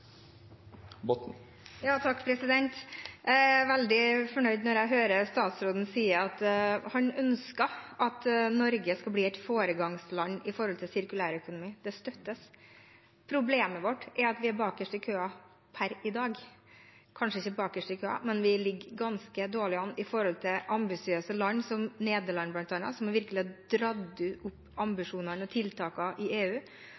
Jeg blir veldig fornøyd når jeg hører statsråden si at han ønsker at Norge skal bli et foregangsland når det gjelder sirkulær økonomi. Det støttes. Problemet vårt er at vi er bakerst i køen per i dag – kanskje ikke bakerst i køen, men vi ligger ganske dårlig an i forhold til ambisiøse land som bl.a. Nederland, som virkelig har dratt opp ambisjonene og tiltakene i EU.